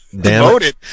Demoted